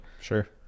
Sure